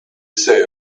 say